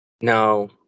No